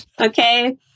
Okay